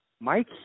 Mike